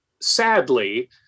sadly